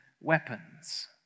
weapons